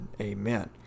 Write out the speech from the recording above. amen